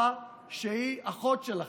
זרוע שהיא אחות שלכם,